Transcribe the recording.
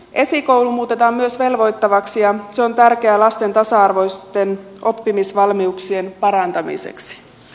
esikoulu muutetaan myös velvoittavaksi ja se on tärkeää lasten tasa arvoisten oppimisvalmiuksien parantamiseksi